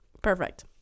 Perfect